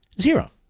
Zero